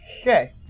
Okay